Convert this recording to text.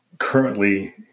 currently